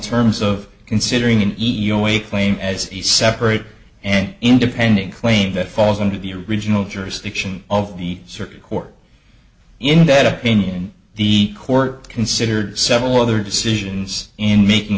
terms of considering an e o a claim as a separate and independent claim that falls under the original jurisdiction of the circuit court in that opinion the court considered several other decisions in making